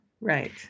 right